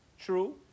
true